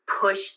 push